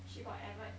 she got ever